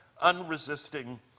unresisting